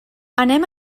anem